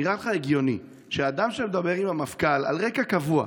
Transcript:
נראה לך הגיוני שאדם שמדבר עם המפכ"ל באופן קבוע,